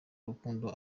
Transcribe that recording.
urukundo